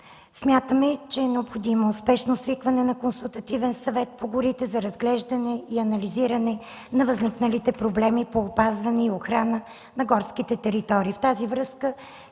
Смятаме, че е необходимо спешно свикване на Консултативен съвет по горите за разглеждане и анализиране на възникналите проблеми по опазване и охрана на горските територии. В тази връзка